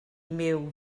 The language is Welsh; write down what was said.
myw